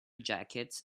jacket